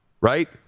Right